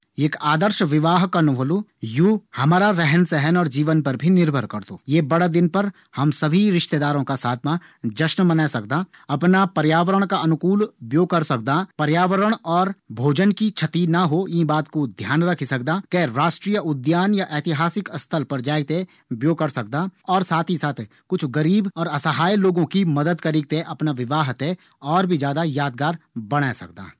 एक आदर्श विवाह कनु होंदु यू हमारा रहन सहन और जीवन पर भी निर्भर करदु। यी बड़ा दिन पर हम अफणा रिश्तेदारों का साथ मा जश्न मनै सकदां। पर्यावरण का अनुकूल ब्यो करी सकदां। भोजन व्यर्थ ना जाओ हीं बात कू ध्यान रखयू चैन्दु। कै राष्ट्रीय उद्यान या ऐतिहासिक स्थल पर जैक ब्यो करी सकदां। और साथ ही कुछ गरीब और असहाय लोगों की मदद करीक अफणा ब्यो थें और ज्यादा यादगार बणे सकदां।